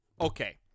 Okay